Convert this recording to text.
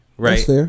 Right